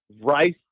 rice